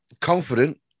Confident